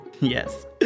yes